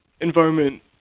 environment